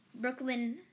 Brooklyn